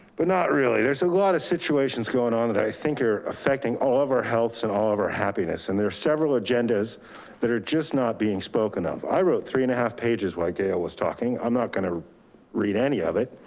but not really. there's a lot of situations going on that i think are affecting all of our health and all of our happiness. and there are several agendas that are just not being spoken of. i wrote three and a half pages while gail was talking. i'm not gonna read any of it,